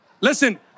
listen